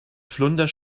flunder